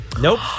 Nope